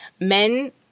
Men